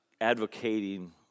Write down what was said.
advocating